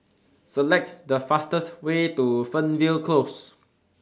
Select The fastest Way to Fernvale Close